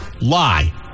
lie